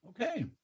okay